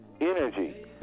energy